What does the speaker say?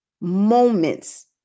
moments